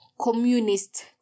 communist